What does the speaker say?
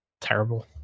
terrible